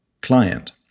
client